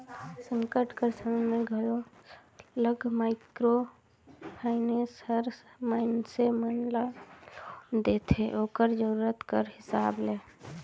संकट कर समे में घलो सरलग माइक्रो फाइनेंस हर मइनसे मन ल लोन देथे ओकर जरूरत कर हिसाब ले